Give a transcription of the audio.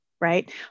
right